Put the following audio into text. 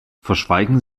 verschweigen